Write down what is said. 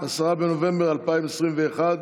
10 בנובמבר 2021,